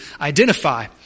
identify